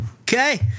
Okay